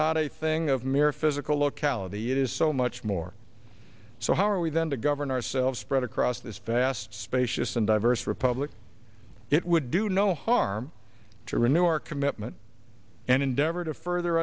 not a thing of mere physical locality it is so much more so how are we then to govern ourselves spread across this vast spacious and diverse republic it would do no harm to renew our commitment and endeavor to further